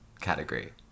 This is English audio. category